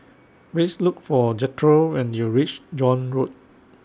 Please Look For Jethro when YOU REACH John Road